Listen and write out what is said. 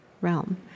realm